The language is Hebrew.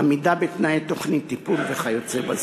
עמידה בתנאי תוכנית טיפול וכיוצא בזה.